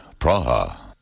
Praha